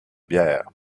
bière